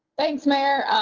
thanks, mayor.